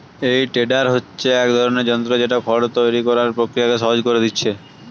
এই টেডার হচ্ছে এক ধরনের যন্ত্র যেটা খড় তৈরি কোরার প্রক্রিয়াকে সহজ কোরে দিয়েছে